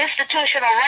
Institutional